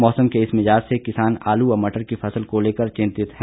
मौसम के इस मिजाज से किसान आलू व मटर की फसल को लेकर चितिंत हैं